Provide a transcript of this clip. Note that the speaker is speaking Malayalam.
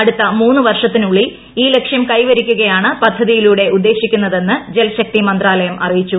അടുത്ത മൂന്നു വർഷത്തിനുള്ളിൽ ഈ ലക്ഷ്യം കൈവരിക്കുകയാണ് പദ്ധതിയിലൂടെ ഉദ്ദേശിക്കുന്നെതെന്ന് ജൽശക്തി മന്ത്രാലയം അറിയിച്ചു